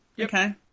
Okay